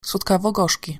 słodkawogorzki